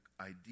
idea